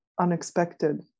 unexpected